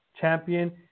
champion